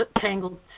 tangled